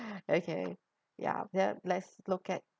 okay ya ya let's look at